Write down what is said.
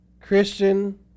Christian